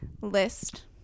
list